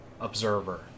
observer